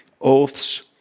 oaths